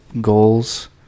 goals